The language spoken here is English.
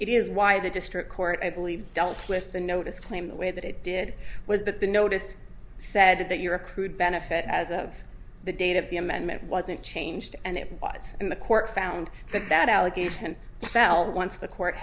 it is why the district court i believe dealt with the notice claim the way that it did was but the notice said that your accrued benefit as of the date of the amendment wasn't changed and it was and the court found that that allegation fell once the court